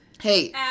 Hey